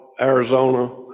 Arizona